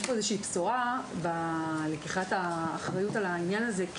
יש פה איזושהי בשורה בלקיחת האחריות על העניין הזה.